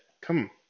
come